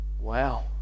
Wow